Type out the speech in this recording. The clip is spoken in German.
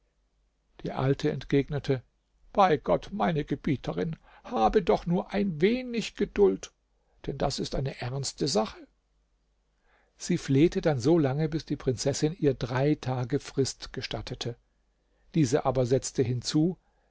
die alte entgegnete bei gott meine gebieterin habe doch nur ein wenig geduld denn das ist eine ernste sache sie flehte dann solange bis die prinzessin ihr drei tage frist gestattete diese aber setzte hinzu